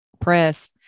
press